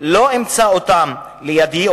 לא אמצא אותן לידי,